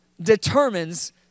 determines